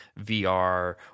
VR